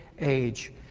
age